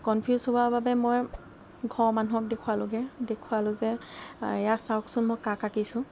confuse হোৱা বাবে মই ঘৰৰ মানুহক দেখুৱালোগৈ দেখুৱালোঁ যে এইয়া চাওঁকছোন মই কাক আঁকিছোঁ